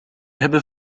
hebben